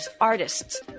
artists